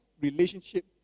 relationship